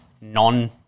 non